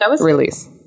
release